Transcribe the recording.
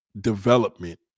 development